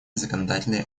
законодательные